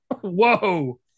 Whoa